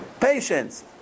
patience